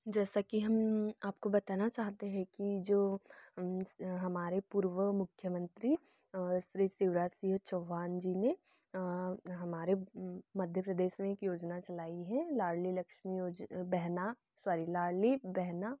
जैसा की हम आपको बताना चाहते हैं कि जो हमारे पूर्व मुख्यमंत्री श्री शिवराज सिंह चौहान जी ने हमारे मध्य प्रदेश में एक योजना चलाई है लाड़ली लक्ष्मी योज बहना सॉरी लाड़ली बहना